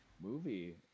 movie